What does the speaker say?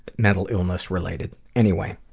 mental illness related. anyway,